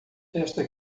esta